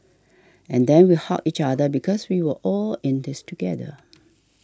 and then we hugged each other because we were all in this together